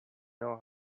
know